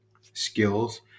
skills